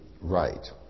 right